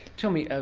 tell me, ah